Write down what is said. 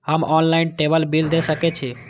हम ऑनलाईनटेबल बील दे सके छी?